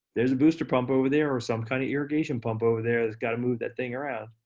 there's a booster pump over there or some kind of irrigation pump over there that's gotta move that thing around.